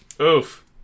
oof